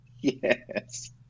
yes